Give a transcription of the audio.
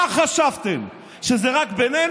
מה חשבתם, שזה רק בינינו?